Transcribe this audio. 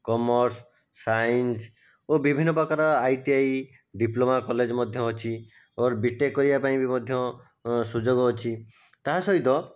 commerce science ଓ ବିଭିନ୍ନ ପ୍ରକାର I T I diploma college ମଧ୍ୟ ଅଛି ଅର୍ ବି ଟେକ୍ କରିବା ପାଇଁ ବି ମଧ୍ୟ ସୁଯୋଗ ଅଛି ତା ସହିତ